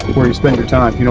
where you spend your time. you